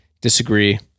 disagree